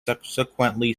subsequently